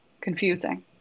confusing